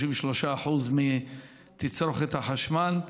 33% מתצרוכת החשמל.